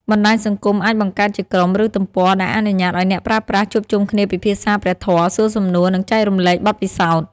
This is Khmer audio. បណ្ដាញសង្គមអាចបង្កើតជាក្រុម ឬទំព័រ ដែលអនុញ្ញាតឱ្យអ្នកប្រើប្រាស់ជួបជុំគ្នាពិភាក្សាព្រះធម៌ សួរសំណួរ និងចែករំលែកបទពិសោធន៍។